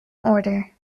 order